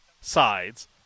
sides